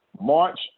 March